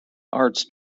arts